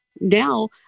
now